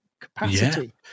capacity